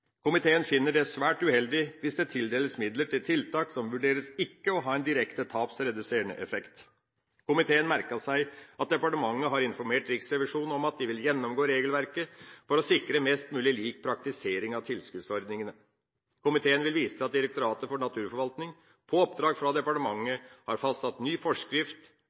Komiteen finner det svært uheldig hvis det tildeles midler til tiltak som vurderes ikke å ha en direkte tapsreduserende effekt. Komiteen merker seg at departementet har informert Riksrevisjonen om at de vil gjennomgå regelverket for å sikre mest mulig lik praktisering av tilskuddsordninga. Komiteen vil vise til at Direktoratet for naturforvaltning, på oppdrag fra departementet, har fastsatt ny forskrift